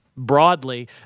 broadly